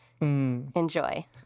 Enjoy